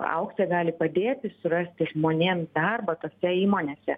auksė gali padėti surasti žmonėms darbą tose įmonėse